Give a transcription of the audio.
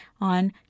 on